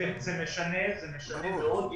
זה משנה מאוד.